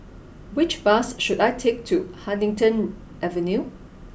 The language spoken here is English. which bus should I take to Huddington Avenue